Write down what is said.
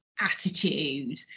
attitude